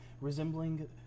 resembling